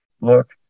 look